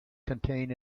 contain